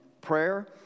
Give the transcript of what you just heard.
prayer